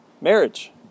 marriage